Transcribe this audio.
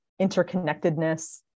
interconnectedness